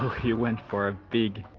he went for a big